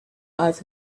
earth